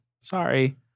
Sorry